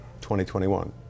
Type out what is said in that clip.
2021